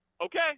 Okay